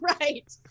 right